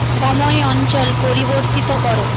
সময় অঞ্চল পরিবর্তিত করো